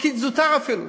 פקיד זוטר אפילו,